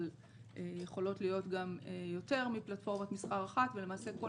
אבל יכולות להיות גם יותר מלטפורמת מסחר אחת ולמעשה כל